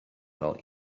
fel